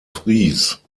vries